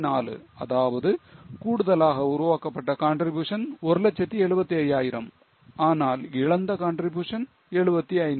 4 அதாவது கூடுதலாக உருவாக்கப்பட்ட contribution 175000 ஆனால் இழந்த contribution 75